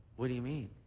what do you mean?